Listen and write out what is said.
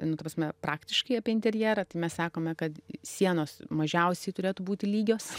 nu ta prasme praktiškai apie interjerą tai mes sakome kad sienos mažiausiai turėtų būti lygios